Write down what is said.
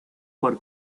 por